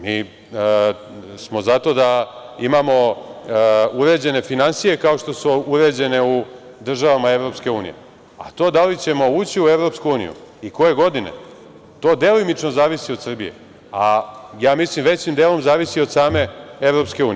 Mi smo za to da imamo uređene finansije, kao što su uređene u državama EU, a to da li ćemo ući u EU i koje godine, to delimično zavisi od Srbije, a ja mislim većim delom zavisi i od same EU.